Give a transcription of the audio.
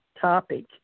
topic